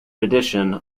addition